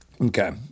Okay